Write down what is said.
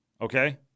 okay